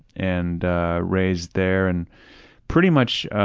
and raised there and pretty much